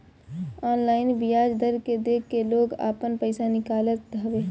online बियाज दर के देख के लोग आपन पईसा निकालत हवे